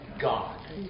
God